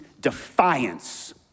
defiance